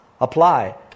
apply